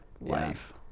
life